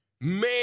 Man